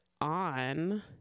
on